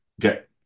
get